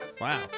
Wow